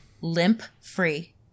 limp-free